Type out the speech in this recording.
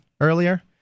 earlier